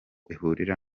ihurira